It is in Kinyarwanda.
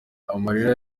amarira